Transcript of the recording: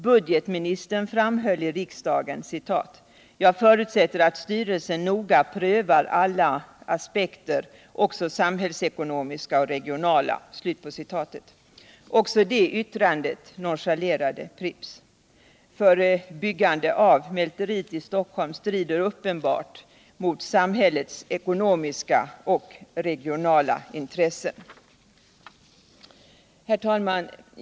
Budgetministern framhöll i riksdagen: ”Jag förutsätter att styrelsen noga prövar alla aspekter, också samhällsekonomiska och regionala ———.” Också det yttrandet nonchalerade Pripps. Byggande av mälteri i Stockholm strider uppenbart mot samhällets ekonomiska och regionala intressen. Herr talman!